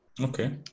Okay